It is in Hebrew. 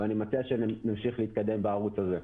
ואני מציע שנמשיך להתקדם בערוץ הזה.